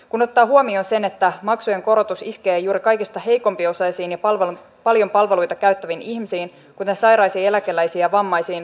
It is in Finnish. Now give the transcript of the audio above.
kun ottaa huomioon ansaitsevat kiitokset siitä periksiantamattomuudesta jolla vaikutustyötä tehtiin vastoinkäymisistä ja kohtalon tielle kasaamista esteistä huolimatta